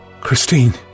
Christine